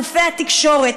גופי התקשורת,